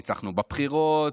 ניצחנו בבחירות,